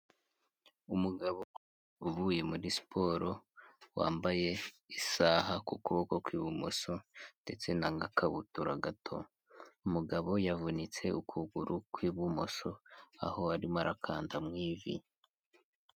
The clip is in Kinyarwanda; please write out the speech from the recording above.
Umugabo uvuye muri siporo wambaye isaha ku kuboko kw'ibumoso ndetse nagakabutura gato umugabo yavunitse ukuguru kw'ibumoso aho arimo arakanda mu ivi.